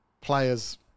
players